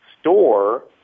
store